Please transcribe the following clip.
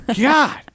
God